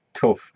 tough